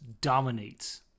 dominates